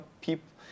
people